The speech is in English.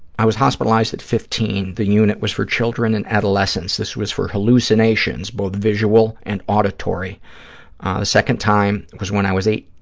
i was hospitalized at fifteen. the unit was for children and adolescents. this was for hallucinations, both visual and auditory. the second time was when i was eighteen.